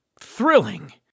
thrilling